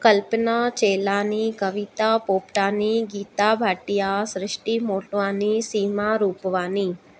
Kalpana Chelani Kavita Popatani Geeta Bhatia Shrishti Motwani Seema Rupwani